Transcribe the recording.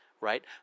Right